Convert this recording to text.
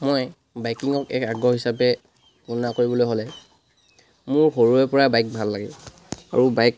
মই বাইকিঙক এক আগ্ৰহ হিচাপে বৰ্ণনা কৰিবলৈ হ'লে মোৰ সৰুৰেপৰা বাইক ভাল লাগে আৰু বাইক